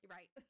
Right